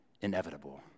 inevitable